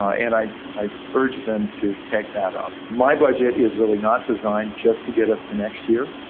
and i i urge them to take that up. my budget is really not designed just to get us to next year.